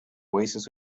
oasis